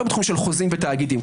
לא בתחום חוזים ותאגידים.